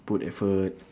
put effort